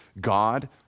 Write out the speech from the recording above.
God